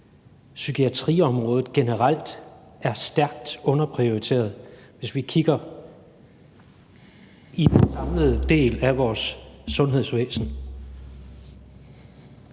psykiatriområdet generelt er stærkt underprioriteret, hvis vi kigger på den samlede del af vores sundhedsvæsen?